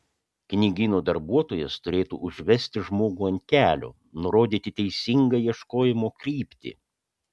knygyno darbuotojas turėtų užvesti žmogų ant kelio nurodyti teisingą ieškojimo kryptį